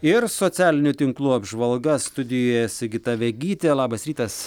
ir socialinių tinklų apžvalga studijoje sigita vegytė labas rytas